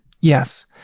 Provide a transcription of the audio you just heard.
yes